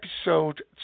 episode